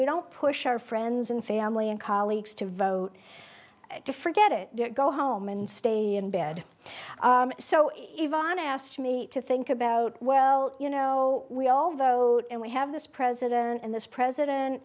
we don't push our friends and family and colleagues to vote to forget it go home and stay in bed so yvonne asked me to think about well you know we all vote and we have this president and this president